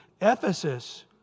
Ephesus